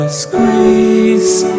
squeeze